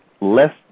less